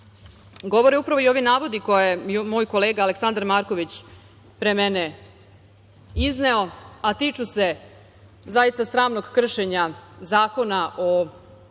govore upravo i ovi navodi koje je moj kolega Aleksandar Marković pre mene izneo, a tiču se zaista sramnog kršenja Zakona o